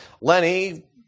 Lenny